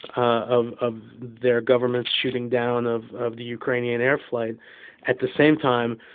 of of their government's shooting down of of the ukrainian air flight at the same time,